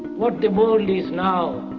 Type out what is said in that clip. what the world is now,